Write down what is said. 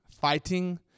fighting